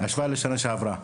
בהשוואה לשנה שעברה.